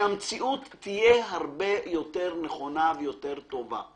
שהמציאות תהיה הרבה יותר נכונה ויותר טובה.